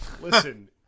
Listen